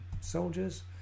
soldiers